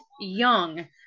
young